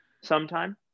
sometime